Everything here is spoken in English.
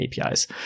APIs